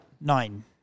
Nine